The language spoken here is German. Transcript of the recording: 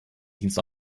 dienst